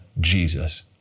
Jesus